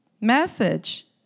Message